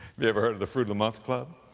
you ever heard of the fruit of the month club?